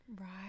Right